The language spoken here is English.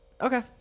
Okay